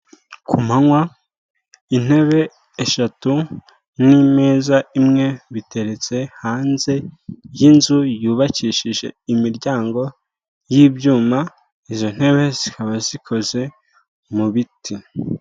Kumanywa intebe eshatu n'imeza imwe biteretse hanze y'inzu yubakishije imiryango y'ibyuma, izo ntebe zikaba zikoze mu biti.